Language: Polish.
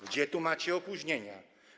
Gdzie tu macie opóźnienia?